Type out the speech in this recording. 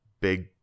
big